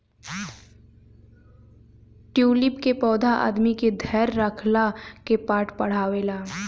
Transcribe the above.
tulip के पौधा आदमी के धैर्य रखला के पाठ पढ़ावेला